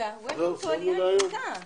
הישיבה ננעלה